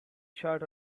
chart